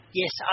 yes